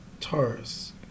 Taurus